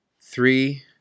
Three